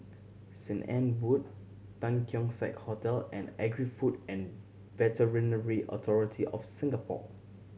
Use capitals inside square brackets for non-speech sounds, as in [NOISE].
Saint Anne Wood [UNINTELLIGIBLE] Keong Saik Hotel and Agri Food and Veterinary Authority of Singapore